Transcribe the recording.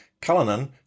Cullinan